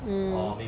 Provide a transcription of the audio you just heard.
mm